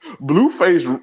Blueface